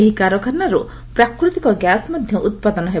ଏହି କାରଖାନରୁ ପ୍ରାକୃତିକ ଗ୍ୟାସ ମଧ୍ୟ ଉତ୍ପାଦନ ହେବ